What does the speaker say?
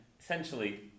essentially